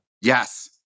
yes